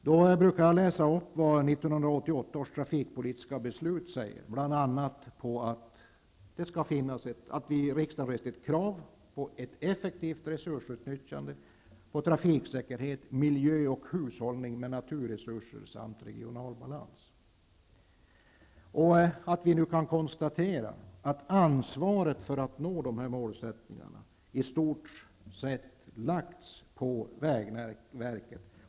Då brukar jag läsa upp vad som står i 1988 års trafikpolitiska beslut. Där står bl.a. att vi i riksdagen har rest ''krav på effektivt resursutnyttjande, trafiksäkerhet, miljö och hushållning med naturresurser samt regional balans''. Ansvaret för att nå målen har i stort sett lagts på vägverket.